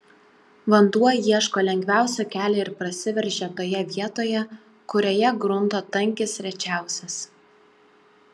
vanduo ieško lengviausio kelio ir prasiveržia toje vietoje kurioje grunto tankis rečiausias